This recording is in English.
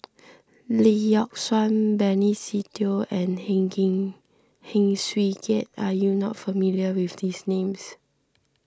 Lee Yock Suan Benny Se Teo and Heng Heng Swee Keat are you not familiar with these names